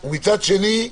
ומצד שני,